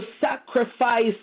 sacrifice